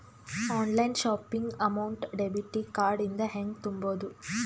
Online shopping amount debit card ಇಂದ ಹೆಂಗ್ ತುಂಬೊದು?